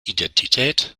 identität